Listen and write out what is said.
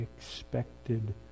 expected